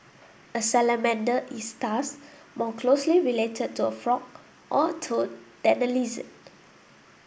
a salamander is thus more closely related to a frog or a toad than a lizard